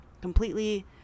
completely